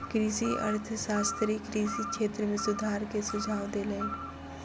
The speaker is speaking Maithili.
कृषि अर्थशास्त्री कृषि क्षेत्र में सुधार के सुझाव देलैन